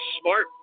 smart